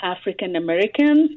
African-Americans